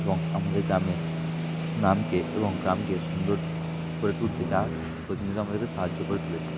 এবং আমাদের গ্রামের নামকে এবং গ্রামকে সুন্দর করে তুলতে যা প্রতিনিয়ত আমাদেরকে সাহায্য করে তুলেছে